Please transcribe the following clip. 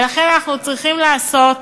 ולכן אנחנו צריכים לעשות